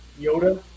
Yoda